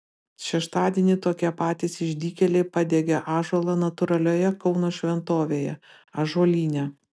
šeštadienį tokie patys išdykėliai padegė ąžuolą natūralioje kauno šventovėje ąžuolyne